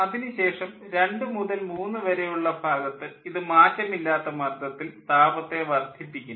അതിനുശേഷം രണ്ടു മുതൽ മൂന്നു വരെ ഉള്ള ഭാഗത്ത് ഇത് മാറ്റമില്ലാത്ത മർദ്ദത്തിൽ താപത്തെ വർദ്ധിപ്പിക്കുന്നു